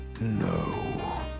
No